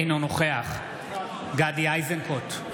אינו נוכח גדי איזנקוט,